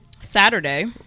Saturday